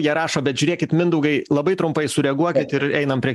jie rašo bet žiūrėkit mindaugai labai trumpai sureaguokit ir einam prie